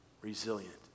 resilient